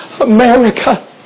America